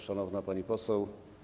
Szanowna Pani Poseł!